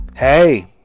Hey